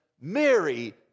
Mary